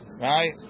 right